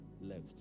left